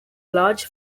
large